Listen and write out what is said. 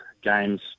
games